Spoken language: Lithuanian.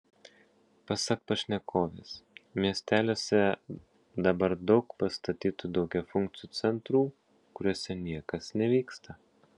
pasak pašnekovės miesteliuose dabar daug pastatytų daugiafunkcių centrų kuriuose niekas nevyksta